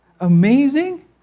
amazing